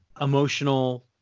emotional